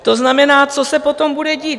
To znamená, co se potom bude dít?